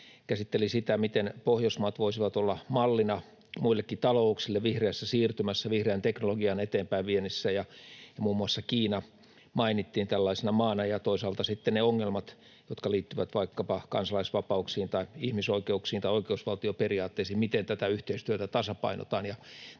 käsittelivät sitä, miten Pohjoismaat voisivat olla mallina muillekin talouksille vihreässä siirtymässä, vihreän teknologian eteenpäinviennissä, ja muun muassa Kiina mainittiin tällaisena maana ja toisaalta sitten ne ongelmat, jotka liittyvät vaikkapa kansalaisvapauksiin tai ihmisoikeuksiin tai oikeusvaltioperiaatteisiin, se, miten tätä yhteistyötä tasapainotetaan.